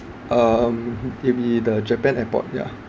um maybe the japan airport ya